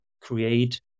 create